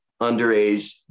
underage